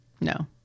no